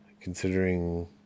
considering